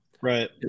Right